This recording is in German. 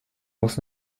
muss